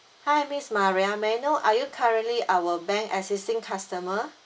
hi miss maria may I know are you currently our bank existing customer